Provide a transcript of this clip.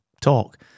talk